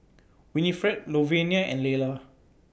Winifred Louvenia and Lela